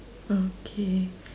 okay